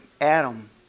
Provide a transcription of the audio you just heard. Adam